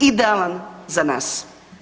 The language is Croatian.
Idealan za nas.